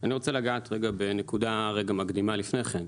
אני רוצה לגעת בנקודה מקדימה לפני כן.